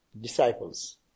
disciples